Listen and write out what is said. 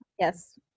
Yes